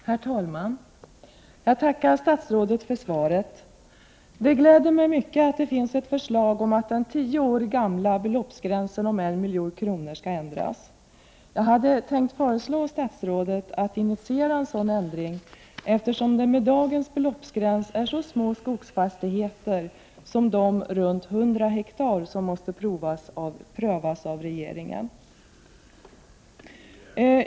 Herr talman! Jag tackar statsrådet för svaret. Det gläder mig mycket att det finns ett förslag om att den tio år gamla beloppsgränsen på 1 milj.kr. skall ändras. Jag hade annars tänkt föreslå statsrådet att initiera en sådan ändring, eftersom det med dagens beloppsgräns är så små skogsfastigheter, runt 100 ha, som måste prövas av regeringen.